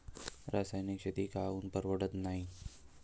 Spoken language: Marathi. रासायनिक शेती काऊन परवडत नाई?